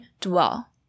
Dwell